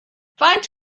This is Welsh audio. faint